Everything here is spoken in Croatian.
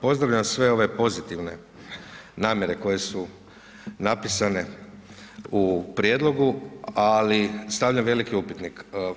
Pozdravljam sve ove pozitivne namjere koje su napisane u Prijedlogu, ali stavljam veliki upitnik.